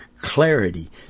clarity